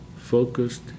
focused